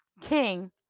King